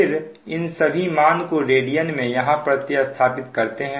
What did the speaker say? फिर इन सभी मान को रेडियन में यहां प्रति स्थापित करते हैं